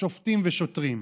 שופטים ושוטרים.